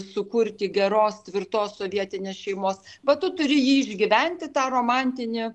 sukurti geros tvirtos sovietinės šeimos va tu turi jį išgyventi tą romantinį